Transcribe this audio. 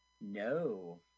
No